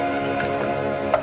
ah